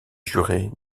jurer